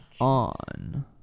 on